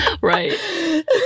Right